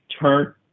turn